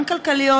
גם כלכליות,